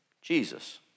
Jesus